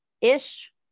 ish